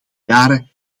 jaren